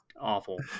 awful